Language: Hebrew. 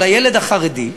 או לילד החרדי,